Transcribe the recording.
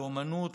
לאומנות,